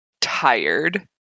tired